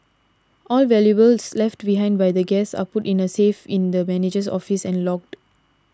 all valuables left behind by guests are put in a safe in the manager's office and logged